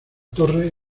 torre